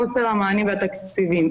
חוזר המענים והתקציבים,